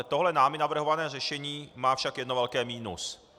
Tohle námi navrhované řešení má však jedno velké minus.